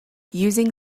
using